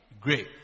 Great